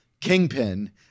Kingpin